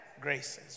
graces